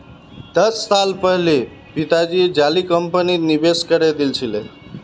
दस साल पहले पिताजी जाली कंपनीत निवेश करे दिल छिले